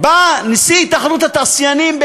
נשיא התאחדות התעשיינים,